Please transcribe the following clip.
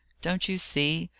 don't you see?